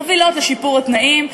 מובילות לשיפור התנאים,